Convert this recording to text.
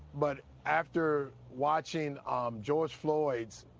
but after watching um george floyd's